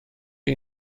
chi